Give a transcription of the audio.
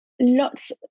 Lots